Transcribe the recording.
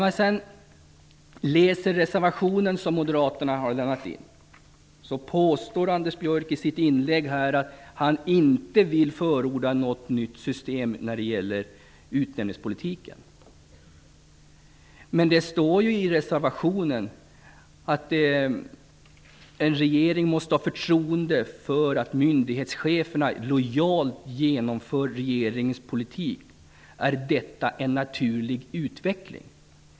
Anders Björck påstod i sitt inlägg här att han inte vill förorda något nytt system när det gäller utnämningspolitiken, men i den reservation som moderaterna har lämnat kan man läsa: "Eftersom en regering måste ha förtroende för att myndighetscheferna lojalt genomför regeringens politik är detta en naturlig utveckling."